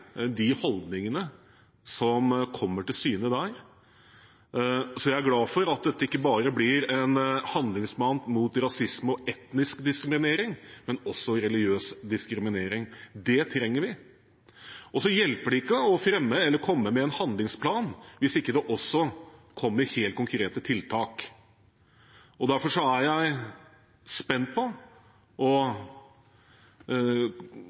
de holdningene som kommer til syne der. Jeg er glad for at dette ikke bare blir en handlingsplan mot rasisme og etnisk diskriminering, men også mot religiøs diskriminering. Det trenger vi. Det hjelper ikke å fremme en handlingsplan hvis det ikke også kommer helt konkrete tiltak. Derfor er jeg spent på,